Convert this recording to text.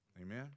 Amen